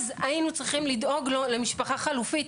אז היינו צריכים לדאוג לו למשפחה חלופית.